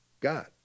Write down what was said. God